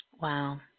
Wow